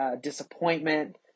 disappointment